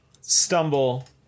stumble